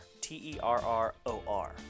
T-E-R-R-O-R